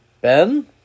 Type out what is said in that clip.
Ben